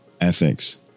Ethics